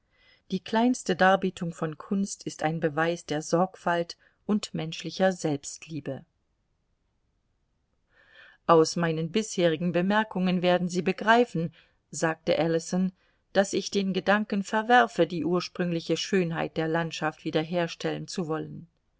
die kleinste darbietung von kunst ist ein beweis der sorgfalt und menschlicher selbstliebe aus meinen bisherigen bemerkungen werden sie begreifen sagte ellison daß ich den gedanken verwerfe die ursprüngliche schönheit der landschaft wieder herstellen zu wollen